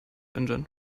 engine